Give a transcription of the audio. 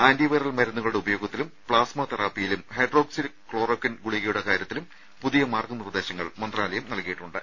antiviral മരുന്നുകളുടെ ഉപയോഗത്തിലും plasma തെറാപ്പിയിലും ഹൈഡ്രോക്സി ക്ലോറോക്വിൻ ഗുളികകളുടെ കാര്യത്തിലും പുതിയ മാർഗ്ഗ നിർദ്ദേശങ്ങൾ മന്ത്രാലയം നൽകിയിട്ടുണ്ട്